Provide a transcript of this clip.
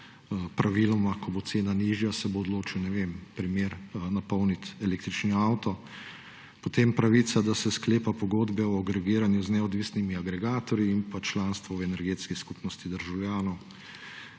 praviloma, ko bo cena nižja, se bo odločil na primer napolniti električni avto. Potem pravica, da se sklepa pogodbe o agregiranju z neodvisnimi agregatorji in pa članstvo v energetski skupnosti državljanov.